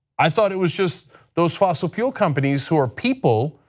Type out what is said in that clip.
i thought it was just those fossil fuel companies who are people,